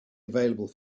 available